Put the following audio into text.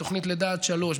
בתוכנית לידה עד שלוש,